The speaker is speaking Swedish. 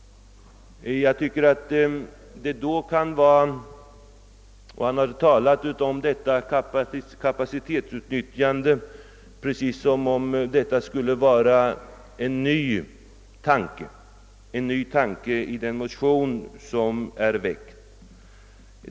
Han gjorde det på ett sätt som om det var en ny tanke som hade förts fram i den av honom i detta sammanhang väckta motionen.